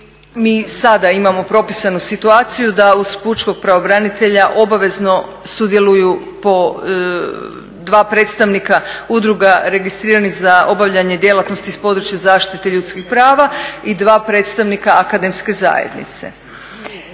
mi sada imamo propisanu situaciju da uz pučkog pravobranitelja obavezno sudjeluju po dva predstavnika udruga registriranih za obavljanje djelatnosti iz područja zaštite ljudskih prava i dva predstavnika akademske zajednice.